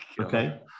Okay